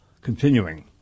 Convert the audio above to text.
Continuing